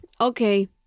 Okay